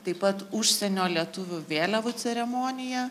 taip pat užsienio lietuvių vėliavų ceremonija